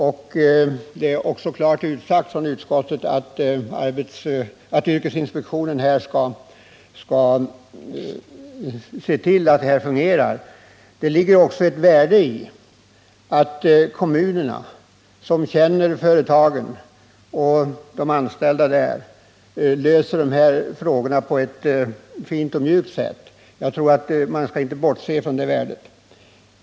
Utskottet har också klart sagt ifrån att yrkesinspektionen skall se till att det här fungerar. Det är också värdefullt att kommunerna som känner företagen och deras anställda kan lösa frågorna på ett fint och mjukt sätt. Jag tror inte att man skall bortse från den saken.